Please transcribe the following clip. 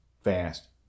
fast